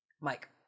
Mike